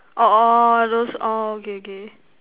orh those orh okay okay